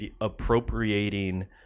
appropriating